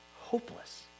hopeless